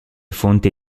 fonte